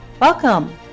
Welcome